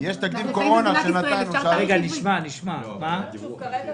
כרגע כל ההשוואה